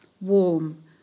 warm